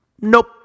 nope